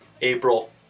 April